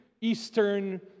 Eastern